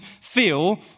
feel